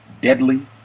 deadly